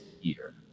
year